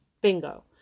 bingo